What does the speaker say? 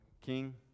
king